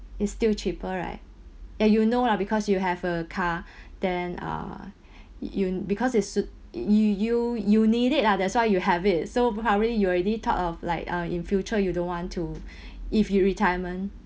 it's still cheaper right ya you know lah because you have a car then uh you because it's suit you you you need it lah that's why you have it so probably you already thought of like uh in future you don't want to if you'd retirement